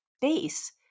base